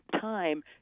time